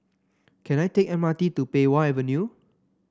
can I take M R T to Pei Wah Avenue